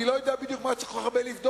אני לא יודע מה בדיוק צריך כל כך הרבה לבדוק,